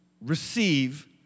receive